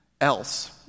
else